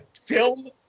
Film